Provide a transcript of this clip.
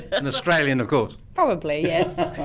an australian of course. probably, yes.